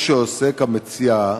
הוא שעוסק המציע,